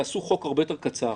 תעשו חוק הרבה יותר קצר,